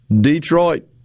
Detroit